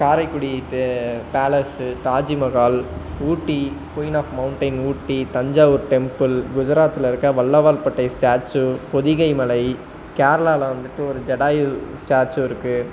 காரைக்குடி இது palace Taj Mahal Ooty queen of mountain Ooty Thanjavur temple குஜராத்தில் இருக்க வல்லவாள் பட்டேல் ஸ்டேச்சு பொதிகை மலை கேரளாவில் வந்துட்டு ஒரு ஜடாயு ஸ்டேச்சு இருக்குது